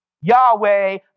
Yahweh